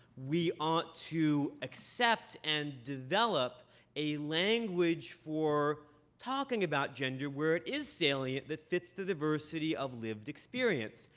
we ought to accept and develop a language for talking about gender where it is salient that fits the diversity of lived experience.